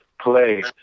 play